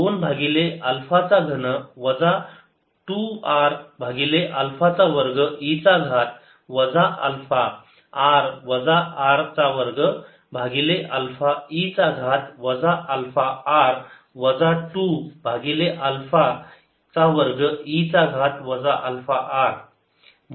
2 भागिले अल्फा चा घन वजा 2 r भागिले अल्फा चा वर्ग e घात वजा अल्फा r वजा r चा वर्ग भागिले अल्फा e चा घात वजा अल्फा r वजा 2 भागिले अल्फा चा वर्ग e चा घात वजा अल्फा r